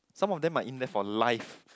some of them might in death for life